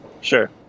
Sure